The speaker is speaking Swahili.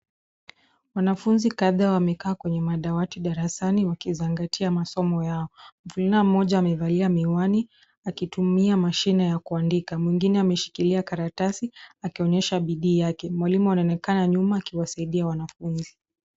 Wanafunzi kadhaa wamekaa kwenye madawati darasani wakisingatia masomo yao, mvulana mmoja amevalia miwanii akitumia mashine ya kuandika, mwingine ameshikilia karatasi akionyesha bidii yake, mwalimu anaonekana nyuma akiwasaidia wanafunzi.